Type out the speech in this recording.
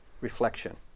reflection